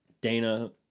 Dana